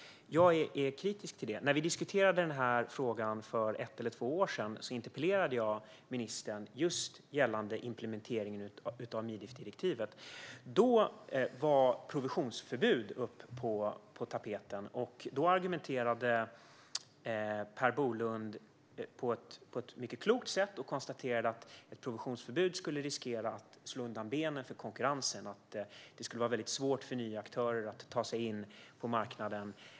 Jag är kritisk till det. När vi diskuterade den här frågan för ett eller två år sedan interpellerade jag ministern just gällande implementeringen av Mifid-direktivet. Då var provisionsförbud på tapeten, och Per Bolund argumenterade på ett mycket klokt sätt för att ett provisionsförbud skulle riskera att slå undan benen för konkurrensen, och det skulle vara väldigt svårt för nya aktörer att ta sig in på marknaden.